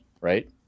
right